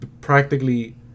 practically